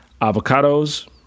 Avocados